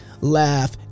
laugh